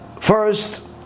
first